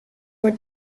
were